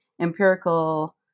empirical